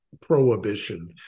prohibition